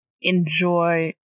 enjoy